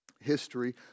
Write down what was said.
history